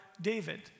David